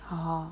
(uh huh)